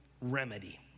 remedy